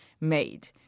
made